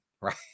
right